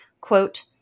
quote